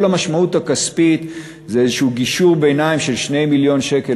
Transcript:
כל המשמעות הכספית זה איזשהו גישור ביניים של 2 מיליון שקל.